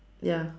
ya